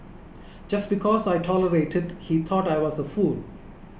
just because I tolerated he thought I was a fool